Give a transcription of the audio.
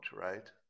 right